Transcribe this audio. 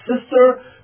sister